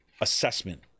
assessment